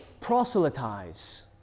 proselytize